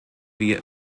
wir